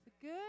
Good